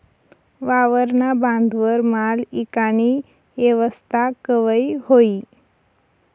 वावरना बांधवर माल ईकानी येवस्था कवय व्हयी?